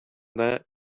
that